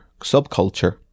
subculture